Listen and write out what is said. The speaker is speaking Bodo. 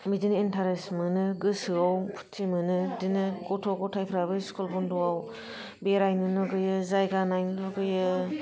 बिदिनो इन्टारेस्ट मोनो गोसोयाव फुरटि मोनो बिदिनो गथ' गथायफ्राबो स्कुल बन्द'आव बेरायनो लुबैयो जायगा नायनो लुबैयो